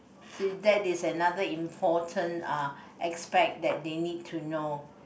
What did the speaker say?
see that is another important uh aspect that they need to know